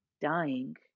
dying